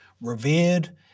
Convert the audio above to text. revered